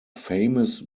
famous